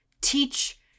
teach